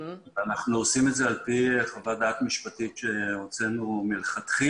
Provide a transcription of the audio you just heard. אנחנו עושים את זה על פי חוות דעת משפטית שהוצאנו מלכתחילה